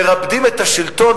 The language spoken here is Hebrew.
מרפדים את השלטון.